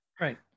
Right